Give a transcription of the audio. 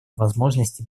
возможностей